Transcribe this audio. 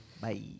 Bye